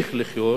ימשיך לחיות